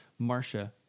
Marsha